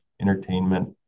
entertainment